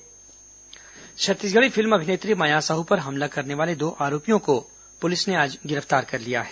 film अभिनेत्री हमला Chhattisgarhi film अभिनेत्री माया साहू पर हमला करने वाले दो आरोपियों को पुलिस ने आज गिरफ्तार कर लिया है